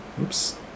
oops